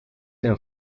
een